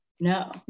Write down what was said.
No